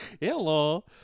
Hello